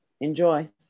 enjoy